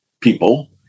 people